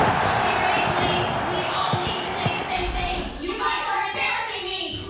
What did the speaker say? seriously, we all need to say the same thing. you guys are embarrassing me!